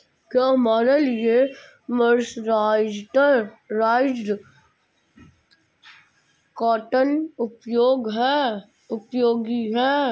क्या हमारे लिए मर्सराइज्ड कॉटन उपयोगी है?